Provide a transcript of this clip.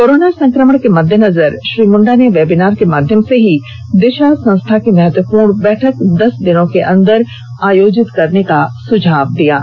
corona संक्रमण के मद्देनजर श्री मुंडा ने वेबिनार के माध्यम से ही दिशा संस्था की महत्वपूर्ण बैठक दस दिनों के अंदर आयोजित करने का सुझाव दिया है